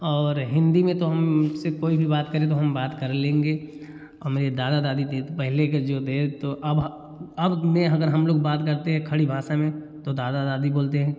और हिंदी में तो हम से कोई भी बात करे तो हम बात कर लेंगे और मेरे दादा दादी देत पहले के जो थे तो अब ह अब में अगर हम लोग बात करते हैं खड़ी भाषा में तो दादा दादी बोलते हैं